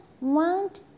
want